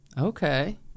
Okay